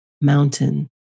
Mountain